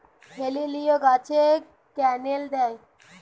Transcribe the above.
হেলিলিও গাছে ক্যানেল দেয়?